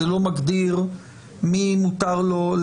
זה לא מגדיר מי מותר לו,